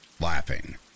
laughing